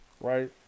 right